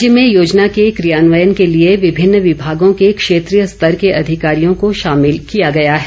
राज्य में योजना के क्रियान्वन के लिए विभिन्न विभागों के क्षेत्रीय स्तर के अधिकारियों को शामिल किया गया है